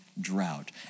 drought